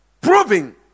Proving